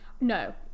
no